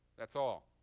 that's all.